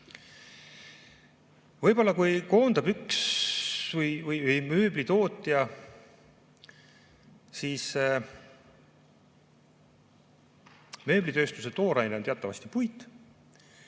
Võib-olla, kui koondab üks mööblitootja, siis – mööblitööstuse tooraine on teatavasti puit